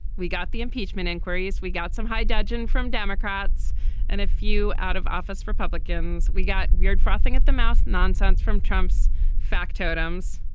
we got the impeachment inquiries. we got some high dudgeon from democrats and a few out of office republicans. we got weird frothing at the mouth nonsense from trump's fact totems.